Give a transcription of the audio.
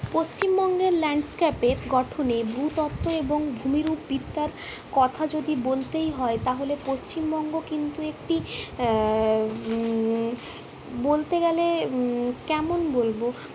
পশ্চিমবঙ্গের ল্যান্ডস্কেপের গঠনে ভূতত্ত্ব এবং ভূমিরূপ বিদ্যার কথা যদি বলতেই হয় তাহলে পশ্চিমবঙ্গ কিন্তু একটি বলতে গেলে কেমন বলবো